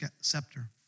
scepter